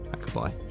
Goodbye